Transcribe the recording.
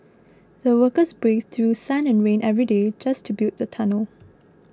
the workers braved through sun and rain every day just to build the tunnel